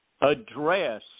address